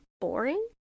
boring